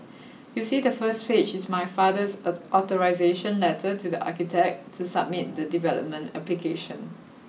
you see the first page is my father's authorisation letter to the architect to submit the development application